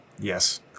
Yes